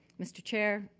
mr. chair,